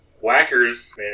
Whacker's